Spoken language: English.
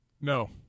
no